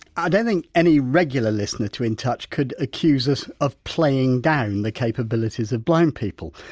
ah don't think any regular listener to in touch could accuse us of playing down the capabilities of blind people.